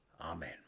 Amen